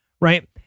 right